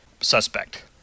suspect